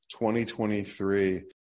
2023